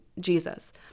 Jesus